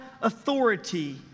authority